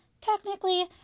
Technically